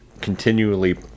continually